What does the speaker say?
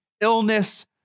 illness